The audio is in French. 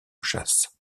chasse